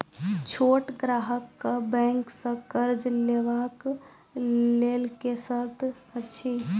छोट ग्राहक कअ बैंक सऽ कर्ज लेवाक लेल की सर्त अछि?